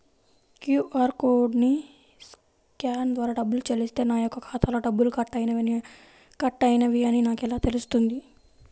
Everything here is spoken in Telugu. క్యూ.అర్ కోడ్ని స్కాన్ ద్వారా డబ్బులు చెల్లిస్తే నా యొక్క ఖాతాలో డబ్బులు కట్ అయినవి అని నాకు ఎలా తెలుస్తుంది?